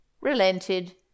relented